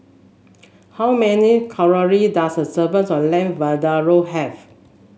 how many calorie does a serving of Lamb Vindaloo have